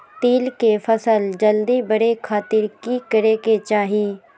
तिल के फसल जल्दी बड़े खातिर की करे के चाही?